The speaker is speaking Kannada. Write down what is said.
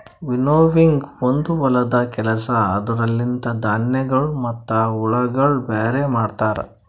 ವಿನ್ನೋವಿಂಗ್ ಒಂದು ಹೊಲದ ಕೆಲಸ ಅದುರ ಲಿಂತ ಧಾನ್ಯಗಳು ಮತ್ತ ಹುಳಗೊಳ ಬ್ಯಾರೆ ಮಾಡ್ತರ